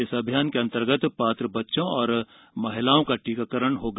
इस अभियान के अन्तर्गत पात्र बच्चों और महिलाओं का टीकाकरण होगा